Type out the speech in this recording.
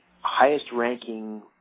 highest-ranking